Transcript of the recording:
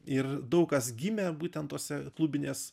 ir daug kas gimė būtent tuose klubinės